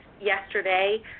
yesterday